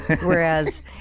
Whereas